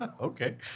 Okay